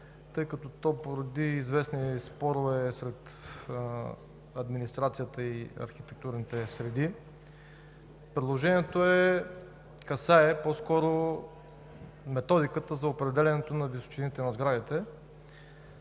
тъй като то породи известни спорове сред администрацията и архитектурните среди. Предложението касае по-скоро методиката за определяне на височините на сградите